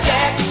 Jack